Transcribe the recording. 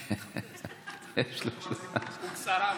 אדוני היושב-ראש,